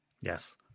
Yes